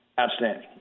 Outstanding